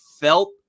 felt